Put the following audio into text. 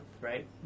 right